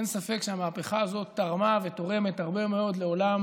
אין ספק שהמהפכה הזאת תרמה ותורמת הרבה מאוד לעולם